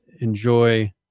enjoy